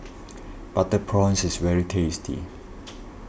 Butter Prawns is very tasty